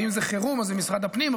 ואם זה חירום אז זה משרד הפנים,